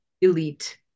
elite